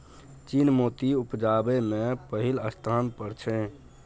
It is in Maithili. चीन मोती उपजाबै मे पहिल स्थान पर छै